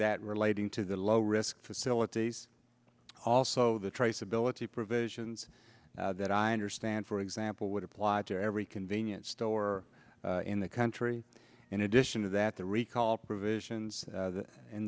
that relating to the low risk facilities also the traceability provisions that i understand for example would apply to every convenience store in the country in addition to that the recall provisions